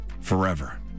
forever